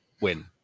win